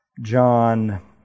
John